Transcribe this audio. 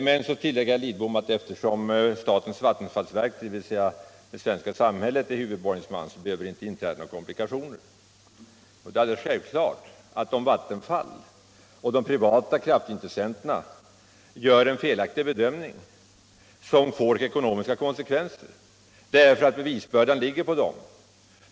Herr Lidbom tillägger emellertid att eftersom statens vattenfallsverk, dvs. det svenska samhället, är huvudborgensman, behöver inga komplikationer inträffa. Men om Vattenfall och de privata kraftintressenterna gör en felaktig bedömning, får det självfallet ekonomiska konsekvenser för dem därför att bevisbördan ligger på dem.